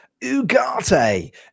Ugarte